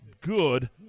good